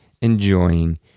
enjoying